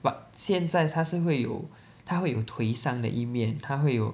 but 现在才他是会有他会有忒伤一面他会有